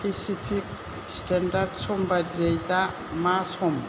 Pacific standard सम बायदियै दा मा सम